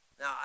Now